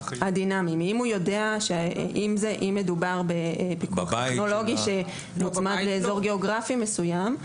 אם מדובר בפיקוח טכנולוגי דוגמת אזור גיאוגרפי מסוים,